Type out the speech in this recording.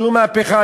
שום מהפכה.